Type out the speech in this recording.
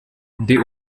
ndi